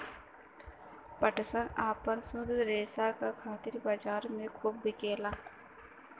पटसन आपन शुद्ध रेसा क खातिर बजार में खूब बिकेला